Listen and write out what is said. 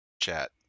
chat